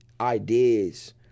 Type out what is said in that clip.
ideas